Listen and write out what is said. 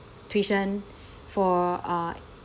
tuition for uh